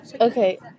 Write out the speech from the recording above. Okay